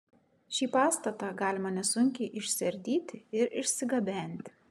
šį pastatą galima nesunkiai išsiardyti ir išsigabenti